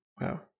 Wow